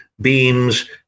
beams